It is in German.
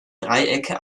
dreiecke